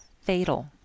fatal